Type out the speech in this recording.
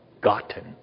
gotten